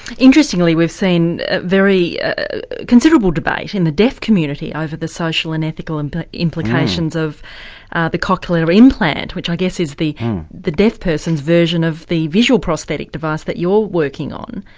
interestingly we've seen very considerable debate in the deaf community over the social and ethical implications of the cochlear implant, which i guess is the the deaf person's version of the visual prosthetic device that you're working on.